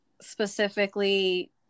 specifically